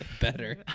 Better